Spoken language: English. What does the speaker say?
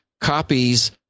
copies